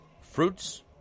fruits